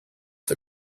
the